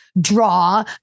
draw